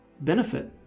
benefit